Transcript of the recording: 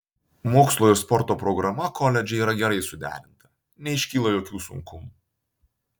mokslo ir sporto programa koledže yra gerai suderinta neiškyla jokių sunkumų